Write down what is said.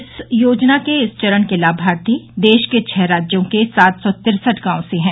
इस योजना के इस चरण के लाभार्थी देश के छह राज्यों के सात सौ तिरसठ गांवों से हैं